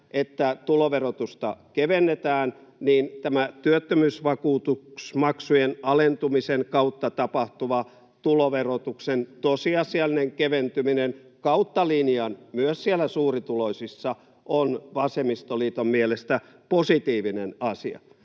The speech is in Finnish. että tuloverotusta kevennetään, niin tämä työttömyysvakuutusmaksujen alentumisen kautta tapahtuva tuloverotuksen tosiasiallinen keventyminen kautta linjan, myös siellä suurituloisissa, on vasemmistoliiton mielestä positiivinen asia?